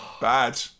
bad